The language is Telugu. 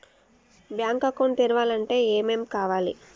బ్యాంక్ అకౌంట్ తెరవాలంటే ఏమేం కావాలి?